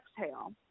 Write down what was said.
exhale